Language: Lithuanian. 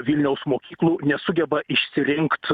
vilniaus mokyklų nesugeba išsirinkt